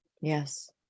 Yes